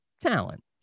talent